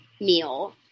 meal